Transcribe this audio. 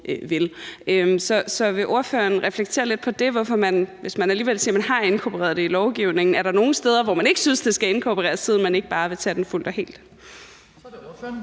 Så vil ordføreren reflektere lidt over det, altså om der, hvis man alligevel siger, at man har inkorporeret det i lovgivningen, er nogen steder, hvor man ikke synes, det skal inkorporeres, siden man ikke bare vil gøre det fuldt og helt? Kl. 18:40 Den